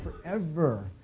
forever